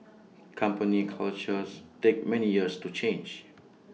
company cultures takes many years to change